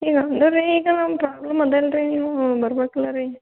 ಈಗ ಅಂದ್ರೆ ರೀ ಈಗ ನಮ್ಮ ಪ್ರಾಬ್ಲಮ್ ಅದಲ್ರಿ ನೀವೂ ಬರ್ಬೇಕಲ್ಲ ರೀ